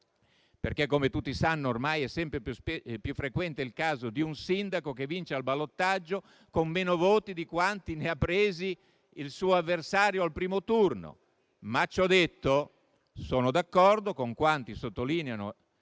norma - come tutti sanno, ormai è sempre più frequente il caso di un sindaco che vince al ballottaggio con meno voti di quanti ne ha presi il suo avversario al primo turno - sono anche d'accordo con quanti sottolineano